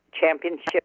championship